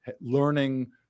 learning